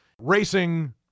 racing